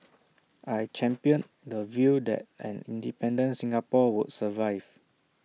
I championed the view that an independent Singapore would survive